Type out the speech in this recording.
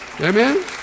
Amen